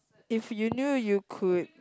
if you knew you could